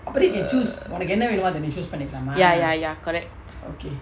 err ya ya ya correct